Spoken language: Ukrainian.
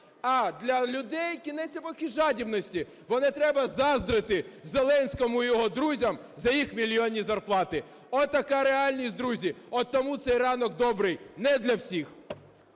а для людей - кінець епохи жадібності, бо не треба заздрити Зеленському і його друзям за їх мільйонні зарплати. Отака реальність, друзі. От тому цей ранок добрий не для всіх.